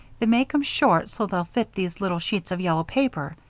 they make em short so they'll fit these little sheets of yellow paper,